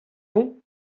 ont